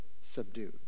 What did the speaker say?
subdued